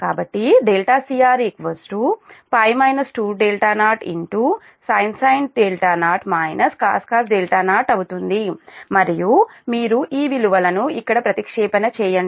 కాబట్టి cr π 20sin 0 cos 0 అవుతుంది మీరు ఈ విలువలను ఇక్కడ ప్రతిక్షేపణ చేయండి